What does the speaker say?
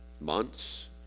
months